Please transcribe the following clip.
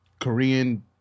Korean